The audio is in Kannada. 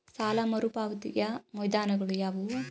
ಸಾಲ ಮರುಪಾವತಿಯ ವಿಧಾನಗಳು ಯಾವುವು?